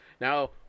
Now